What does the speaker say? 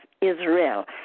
Israel